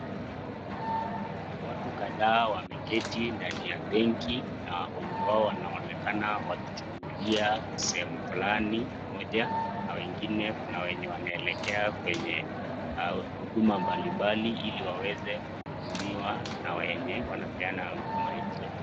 Watu kadha wameketi ndani ya benki na wengi wao wanaonekana wakichungulia sehemu fulani moja na wengine, kuna wenye wanaelekea kwenye huduma mbalimbali ili waweze kuhudumiwa na wenye wanapeana huduma hizo.